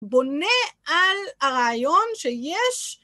בונה על הרעיון שיש.